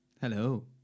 hello